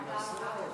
פילוסוף,